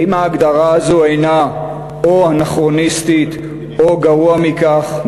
האם ההגדרה הזאת אינה אנכרוניסטית, או, גרוע מכך,